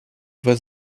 вас